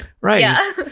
Right